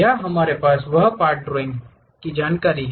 यहाँ हमारे पास वह पार्ट ड्राइंग जानकारी है